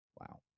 Wow